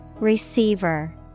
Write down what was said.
Receiver